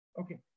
Okay